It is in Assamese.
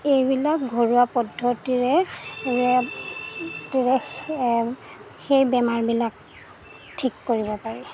এইবিলাক ঘৰুৱা পদ্ধতিৰে সেই বেমাৰবিলাক ঠিক কৰিব পাৰি